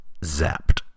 zapped